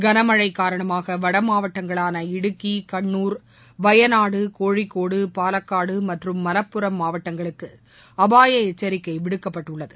களமழை காரணமாக வடமாவட்டங்களான இடுக்கி கண்ணுர் வயநாடு கோழிக்கோடு பாலக்காடு மற்றும் மலப்புரம் மாவட்டங்களுக்கு அபாய எச்சரிக்கை விடுக்கப்பட்டுள்ளது